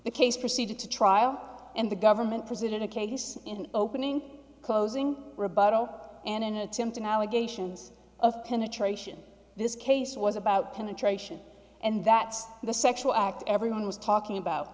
the case proceeded to trial and the government president a case in opening closing rebuttal and an attempt in allegations of penetration this case was about penetration and that the sexual act everyone was talking about